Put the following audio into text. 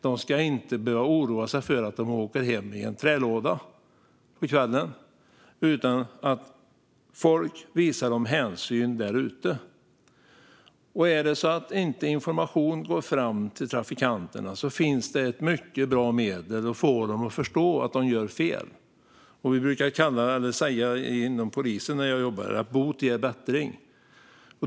De ska inte behöva oroa sig för att åka hem i en trälåda. Folk måste visa dem hänsyn där ute. Är det så att inte information går fram till trafikanterna finns det ett mycket bra medel för att få dem att förstå att de gör fel. När jag jobbade inom polisen brukade vi säga att bot ger bättring.